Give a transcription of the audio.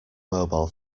mobile